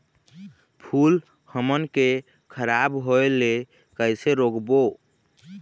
फूल हमन के खराब होए ले कैसे रोकबो?